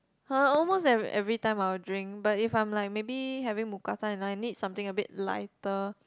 !huh! almost e~ every time I will drink but if I'm like maybe having mookata and I need something a bit lighter